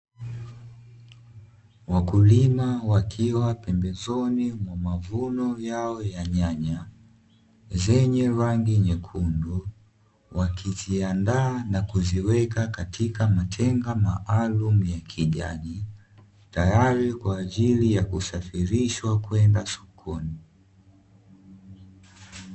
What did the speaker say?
Wakulima wakiwa pembezoni mwa mavuno yao ya nyanya zenye rangi nyekundu, wakiziandaa na kuziweka katika matenga maalumu ya kijani; tayari kwa ajili ya kusafirishwa kwenda sokoni.